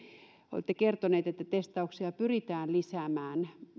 olette kertonut että testauksia pyritään lisäämään